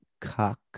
cock